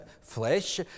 flesh